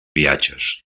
viatges